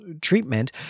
treatment